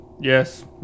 Yes